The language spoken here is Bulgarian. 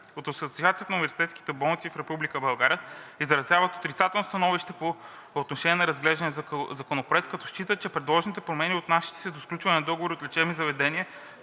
От Асоциацията на университетските болници в Република България изразяват отрицателно становище по отношение на разглеждания Законопроект, като считат, че предложените промени, отнасящи се до сключваните договори от лечебните заведения,